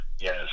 Yes